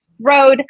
road